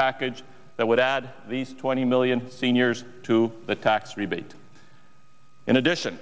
package that would add these twenty million seniors to the tax rebate in addition